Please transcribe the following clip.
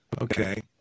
Okay